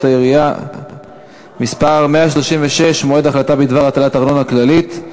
העיריות (מס' 136) (מועד החלטה בדבר הטלת ארנונה כללית),